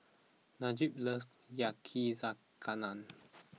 Najee loves Yakizakana